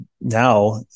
now